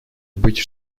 быть